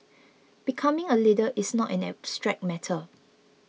becoming a leader is not an abstract matter